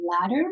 ladder